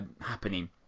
happening